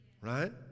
Right